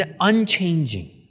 Unchanging